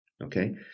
Okay